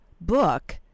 book